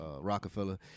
Rockefeller